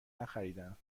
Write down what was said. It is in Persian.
نخریدهام